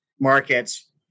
markets